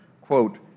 quote